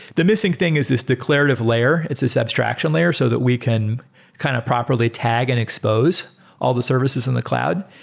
the missing thing is this declarative layer. it's this abstraction layer so that we can kind a of properly tag and expose all the services in the cloud,